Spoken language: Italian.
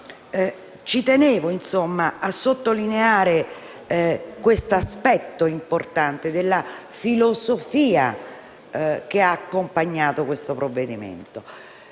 Ci tenevo a sottolineare l'aspetto importante della filosofia che ha accompagnato il provvedimento.